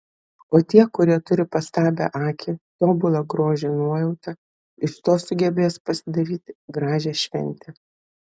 o tie kurie turi pastabią akį tobulą grožio nuojautą iš to sugebės pasidaryti gražią šventę